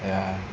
ya